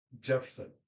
Jefferson